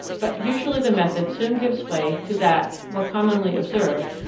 but usually the method soon gives way to that, more commonly observed,